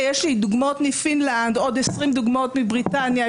יש דוגמאות מפינלנד, עוד 20 דוגמאות מבריטניה.